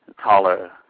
taller